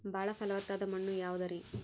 ಬಾಳ ಫಲವತ್ತಾದ ಮಣ್ಣು ಯಾವುದರಿ?